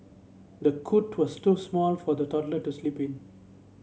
the cot was too small for the toddler to sleep in